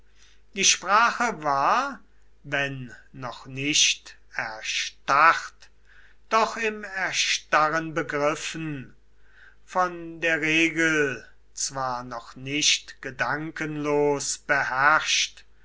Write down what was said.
die sprache war wenn noch nicht erstarrt doch im erstarren begriffen von der regel zwar noch nicht gedankenlos beherrscht